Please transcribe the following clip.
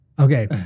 Okay